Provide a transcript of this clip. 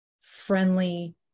friendly